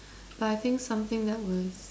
but I think something that was